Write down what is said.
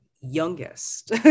youngest